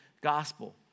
gospel